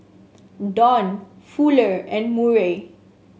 Don Fuller and Murray